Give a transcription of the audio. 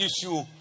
issue